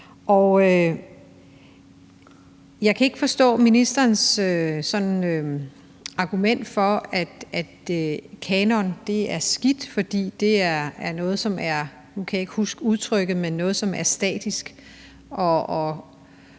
jeg kan ikke forstå ministerens argument om, at det er noget skidt med en kanon, fordi det er noget, som er statisk;